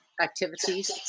activities